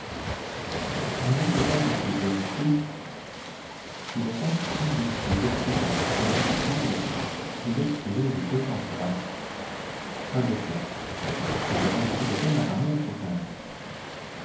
mon oncle sonde à plusieurs reprises il attache un des plus lourds pics à l'extrémité d'une corde qu'il laisse filer de deux cents brasses pas de fond nous avons beaucoup de peine à ramener notre sonde